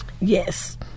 Yes